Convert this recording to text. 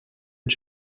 and